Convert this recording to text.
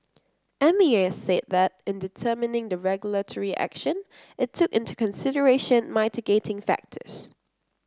M A S said that in determining the regulatory action it took into consideration mitigating factors